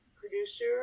producer